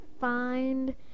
find